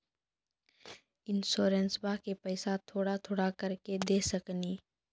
इंश्योरेंसबा के पैसा थोड़ा थोड़ा करके दे सकेनी?